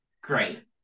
great